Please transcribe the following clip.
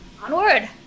Onward